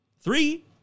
Three